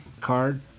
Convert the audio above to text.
card